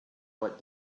what